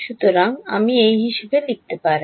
সুতরাং আমি এই হিসাবে লিখতে পারি